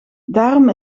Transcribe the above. daarom